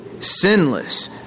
sinless